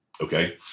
okay